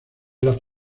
las